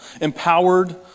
empowered